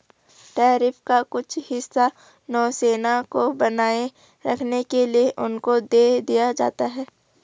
tariff का कुछ हिस्सा नौसेना को बनाए रखने के लिए उनको दे दिया जाता है